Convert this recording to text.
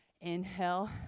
Inhale